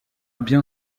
bien